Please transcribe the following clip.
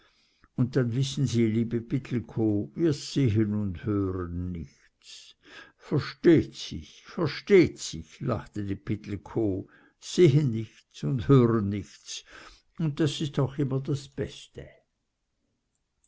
und denn wissen sie ja liebe pittelkow wir sehen nichts un hören nichts versteht sich versteht sich lachte die pittelkow sehen nichts un hören nichts und das ist auch immer das beste